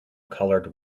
colored